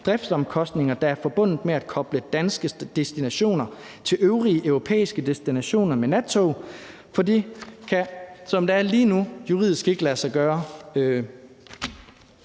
driftsomkostninger, der er forbundet med at koble danske destinationer til de øvrige europæiske destinationer med nattog, for det kan, som det er lige nu, juridisk ikke lade sig gøre.